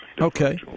Okay